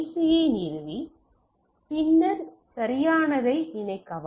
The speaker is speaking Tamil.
சியை நிறுவி பின்னர் சரியானதை இணைக்கவா